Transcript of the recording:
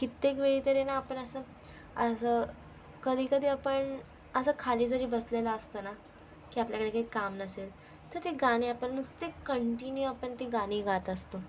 कित्येकवेळी तरी ना आपण असं असं कधी कधी आपण असं खाली जरी बसलेलो असतो ना की आपल्याकडं काही काम नसेल तर गाणी आपण नुसते कंटिन्यू आपण ती गाणी गात असतो